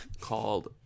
called